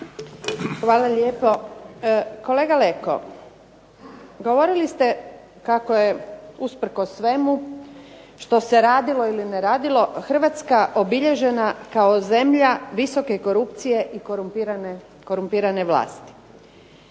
Hvala lijepo. Kolega Leko, govorili ste kako je usprkos svemu što se radilo ili ne radilo Hrvatska obilježena kao zemlja visoke korupcije i korumpirane vlasti.